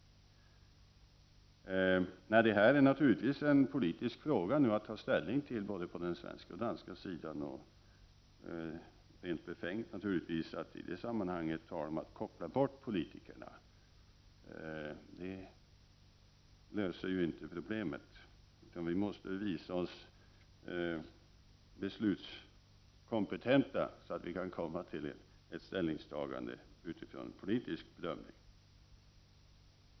Detta är naturligtvis en politisk fråga att ta ställning till på både svensk och dansk sida. Det är rent befängt att i det sammanhanget tala om att koppla bort politikerna. Det löser inte problemet. Vi måste visa oss beslutskompetenta, så att vi kan komma till ett ställningstagande utifrån politisk bedömning.